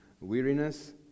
Weariness